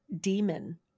demon